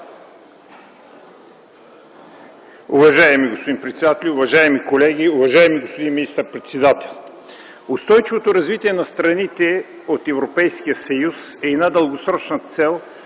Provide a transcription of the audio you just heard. Уважаеми господин председател, уважаеми колеги, уважаеми господин министър-председател! Устойчивото развитие на страните от Европейския съюз е дългосрочна цел,